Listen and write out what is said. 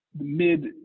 mid